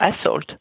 assault